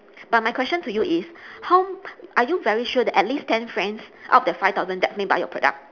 but my question to you is how are you very sure that at least ten friends out of that five thousand definitely buy your product